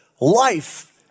life